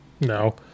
No